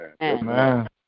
Amen